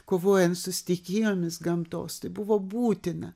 kovojant su stichijomis gamtos tai buvo būtina